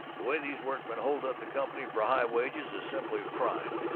the way these workmen hold up the company for high wages is simply a crime,